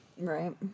Right